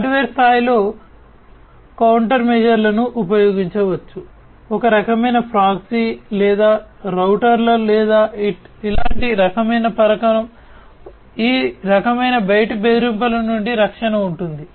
hardware స్థాయిలో కౌంటర్మెషర్లను ఉపయోగించవచ్చు ఒక రకమైన ప్రాక్సీ లేదా రౌటర్ లేదా ఇలాంటి రకమైన పరికరం ఈ రకమైన బయటి బెదిరింపుల నుండి రక్షణ ఉంటుంది